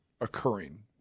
occurring